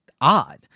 odd